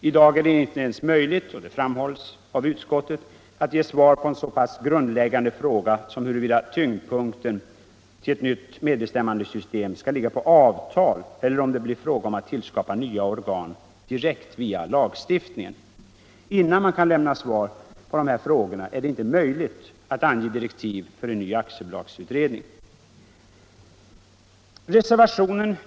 I dag är det inte ens möjligt — det framhålls av utskottet — att ge svar på en så pass grundläggande fråga som huruvida tyngdpunkten i ett nytt medbestämman desystem skall ligga på avtal eller om det blir fråga om att tillskapa nya organ direkt via lagstiftningen. Innan man kan lämna svar på dessa frågor, är det inte möjligt att ange direktiv för en ny aktiebolagsutredning.